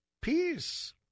peace